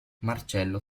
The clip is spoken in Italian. marcello